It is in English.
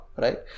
right